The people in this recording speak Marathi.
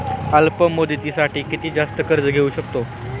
अल्प मुदतीसाठी किती जास्त कर्ज घेऊ शकतो?